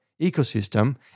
ecosystem